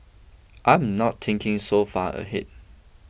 I'm not thinking so far ahead